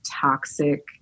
toxic